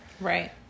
Right